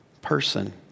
person